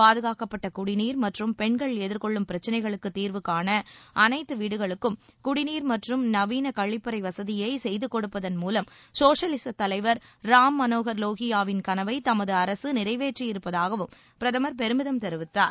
பாதுகாக்கப்பட்ட குடிநீர் மற்றும் பெண்கள் எதிர்கொள்ளும் எதிர்கொண்டு வரும் பிரச்னைகளுக்குத் தீர்வு காண அனைத்து வீடுகளுக்கும் குடிநீர் மற்றும் நவீன கழிப்பறை வசதியை செய்து கொடுப்பதன் மூலம் சோஷலிஸ் தலைவர் ராம்மனோகர் லோகியாவின் கனவை தமது அரசு நிறைவேற்றியிருப்பதாகவும் பிரதமர் பெருமிதம் தெரிவித்தார்